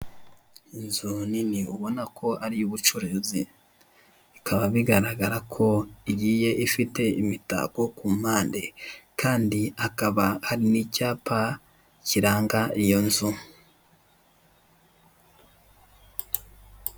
Inzzu nini ubona ko ari iy'ubucuruzi bikaba bigaragara ko igiye ifite imitako ku mpande kandi hakaba hari n'icyapa kiranga iyo nzu.